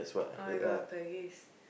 oh-my-god